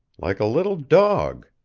like a little dog.